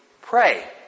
pray